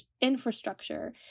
infrastructure